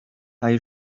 nai